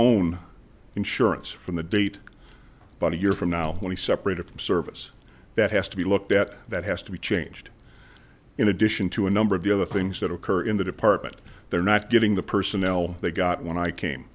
own insurance from the date but a year from now when he separated from service that has to be looked at that has to be changed in addition to a number of the other things that occur in the department they're not getting the personnel they got when i came